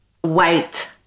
white